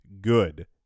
good